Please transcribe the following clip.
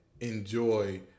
enjoy